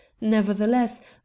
nevertheless